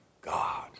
God